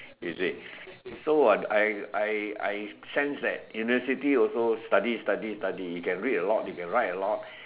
is it so I I I sense that university also study study study you can read a lot you can write a lot